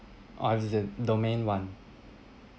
understand domain one